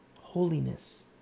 Holiness